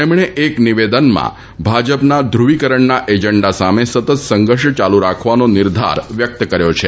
તેમણે એક નિવેદનમાં ભાજપના ધુવીકરણના એજન્ડા સામે સતત સંઘર્ષ ચાલુ રાખવાનો નિર્ધાર વ્યક્ત કર્યો હતો